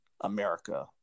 America